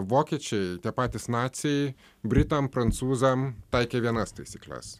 vokiečiai patys naciai britam prancūzam taikė vienas taisykles